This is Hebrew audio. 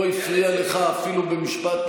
לא הפריע לך אפילו במשפט,